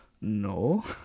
no